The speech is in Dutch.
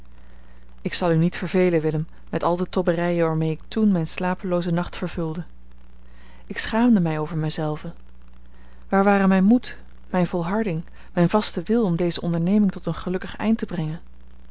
ik zal u niet vervelen willem met al de tobberijen waarmee ik toen mijn slapeloozen nacht vervulde ik schaamde mij over mij zelven waar waren mijn moed mijne volharding mijn vaste wil om deze onderneming tot een gelukkig eind te brengen